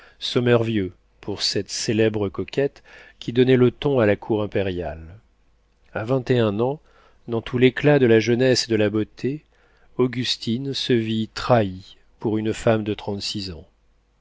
conçu sommervieux pour cette célèbre coquette qui donnait le ton à la cour impériale a vingt et un ans dans tout l'éclat de la jeunesse et de la beauté augustine se vit trahie pour une femme de trente-six ans